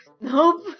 Nope